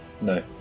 No